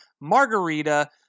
margarita